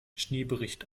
schneebericht